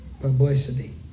publicity